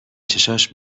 چشاش